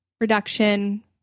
reduction